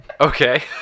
Okay